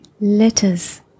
letters